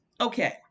okay